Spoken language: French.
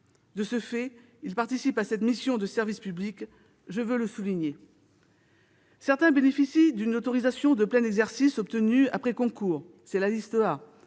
De ce fait, ils participent à cette mission de service public, ce que je veux souligner. Certains bénéficient d'une autorisation de plein exercice obtenue après concours- c'est la liste A